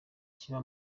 kiba